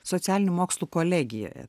socialinių mokslų kolegijoje